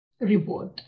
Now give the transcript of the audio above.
reward